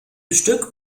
stück